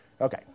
Okay